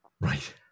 right